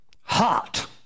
hot